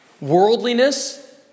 worldliness